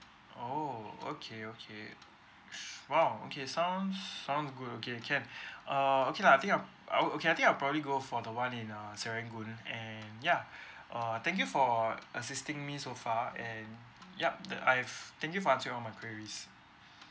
oh okay okay !wow! sound sound good okay can err okay lah I think uh I will okay I think I'll probably go for the one in uh serangoon and ya err thank you for assisting me so far and yup the I've thank you for answered all my queries